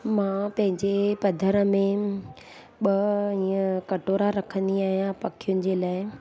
मां पंहिंजे पधर में ॿ ईअं कटोरा रखंदी आहियां पखियुनि जे लाइ